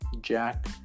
Jack